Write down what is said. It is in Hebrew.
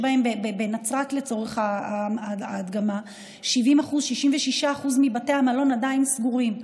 לצורך ההדגמה, בנצרת 66% מבתי המלון עדיין סגורים.